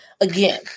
again